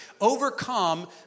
Overcome